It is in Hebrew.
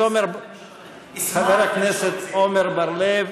חבר הכנסת עמר בר-לב,